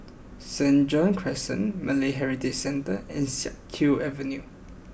St John's Crescent Malay Heritage Centre and Siak Kew Avenue